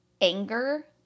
anger